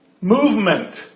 movement